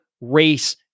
race